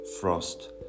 Frost